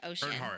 Ocean